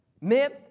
myth